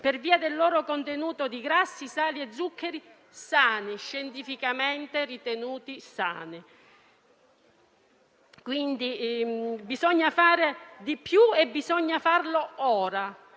per via del loro contenuto di grassi, sali e zuccheri scientificamente ritenuti sani. Bisogna fare di più e bisogna farlo ora,